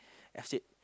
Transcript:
I said